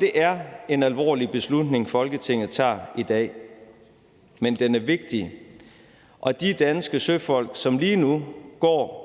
Det er en alvorlig beslutning, Folketinget tager i dag, men den er vigtig, og de danske søfolk, som lige nu går